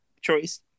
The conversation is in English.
choice